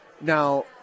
Now